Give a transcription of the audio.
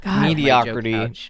Mediocrity